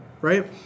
right